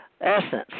essence